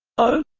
o